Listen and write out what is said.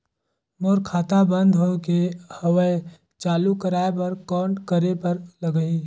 मोर खाता बंद हो गे हवय चालू कराय बर कौन करे बर लगही?